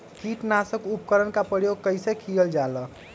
किटनाशक उपकरन का प्रयोग कइसे कियल जाल?